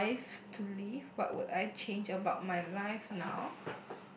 life to live what would I change about my life now